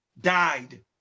died